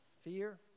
Fear